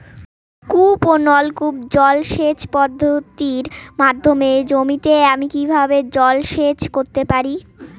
কূপ ও নলকূপ জলসেচ পদ্ধতির মাধ্যমে জমিতে আমি কীভাবে জলসেচ করতে পারি?